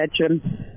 bedroom